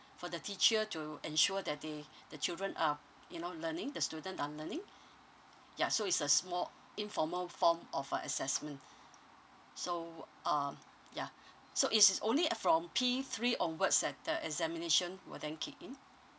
for the teacher to ensure that they the children are you know learning the student are learning ya so it's a small informal form of a assessment so um ya so it's only uh from P three onwards that the examination will then kick in